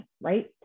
right